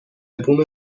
بوم